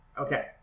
Okay